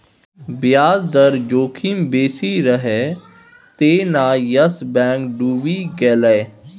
ब्याज दर जोखिम बेसी रहय तें न यस बैंक डुबि गेलै